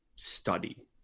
study